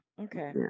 Okay